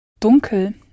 dunkel